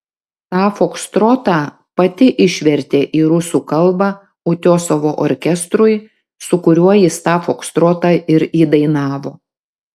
tą fokstrotą pati išvertė į rusų kalbą utiosovo orkestrui su kuriuo jis tą fokstrotą ir įdainavo